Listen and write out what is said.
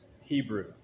Hebrew